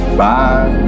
Bye